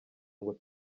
ngo